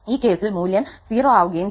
ഈ കേസിൽ മൂല്യം 0 ആവുകയും ചെയ്യും